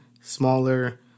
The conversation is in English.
smaller